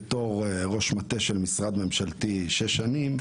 בתור ראש מטה של משרד ממשלתי שש שנים,